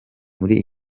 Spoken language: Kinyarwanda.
muri